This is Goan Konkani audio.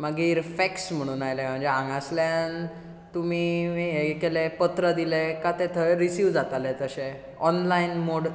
मागीर फॅक्स म्हणून आयलें म्हणजें हांगासरल्यान तुमी केल्यार म्हणजें पत्र दिलें काय तें थंय रिसीव जातालें अशें ऑनलायन मोड